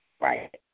Right